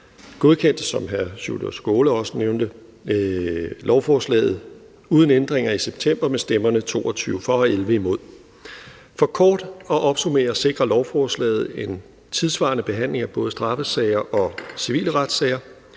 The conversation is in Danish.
godkendte, som hr. Sjúrður Skaale også nævnte, lovforslaget uden ændringer i september med stemmerne 22 for og 11 imod. For kort at opsummere sikrer lovforslaget en tidssvarende behandling af både straffesager og civile retssager.